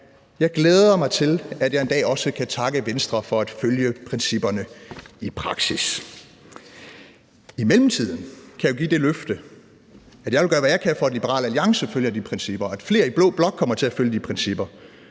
Jeg glæder mig til, at jeg en dag også vil kunne takke Venstre for at følge principperne i praksis. I mellemtiden kan jeg give det løfte, at jeg vil gøre, hvad jeg kan for, at Liberal Alliance følger de principper og flere i blå blok kommer til at følge de principper.